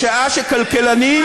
בשעה שכלכלנים,